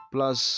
Plus